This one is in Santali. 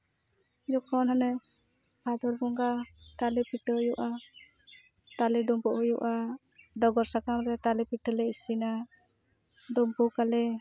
ᱡᱚᱠᱷᱚᱱ ᱦᱟᱱᱮ ᱵᱷᱟᱫᱚᱨ ᱵᱚᱸᱜᱟ ᱛᱟᱞᱮ ᱯᱤᱴᱷᱟᱹ ᱦᱩᱭᱩᱜᱼᱟ ᱛᱟᱞᱮ ᱰᱩᱸᱵᱩᱜ ᱦᱩᱭᱩᱜᱼᱟ ᱰᱚᱜᱚᱨ ᱥᱟᱠᱟᱢ ᱨᱮ ᱛᱟᱞᱮ ᱯᱤᱴᱷᱟᱹ ᱞᱮ ᱤᱥᱤᱱᱟ ᱰᱳᱸᱵᱳᱠᱟᱞᱮ